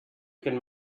can